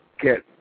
get